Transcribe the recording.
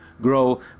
grow